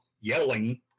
yelling